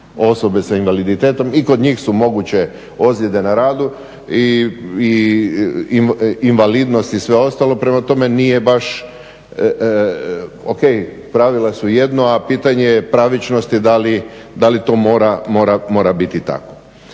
osobe s invaliditetom i kod njih su moguće ozljede na radu i invalidnost i sve ostalo, prema tome nije baš o.k. pravila su jedno a pitanje je pravičnosti da li to mora biti tako.